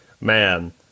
man